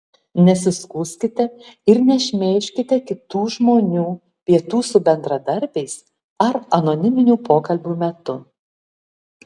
nesiskųskite ir nešmeižkite kitų žmonių pietų su bendradarbiais ar anoniminių pokalbių metų